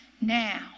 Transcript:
Now